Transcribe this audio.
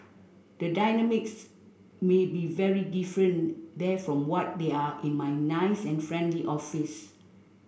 the dynamics may be very different there from what they are in my nice and friendly office